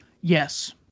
Yes